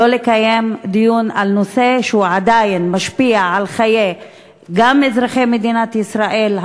לא לקיים דיון על נושא שעדיין משפיע גם על חיי אזרחי מדינת ישראל,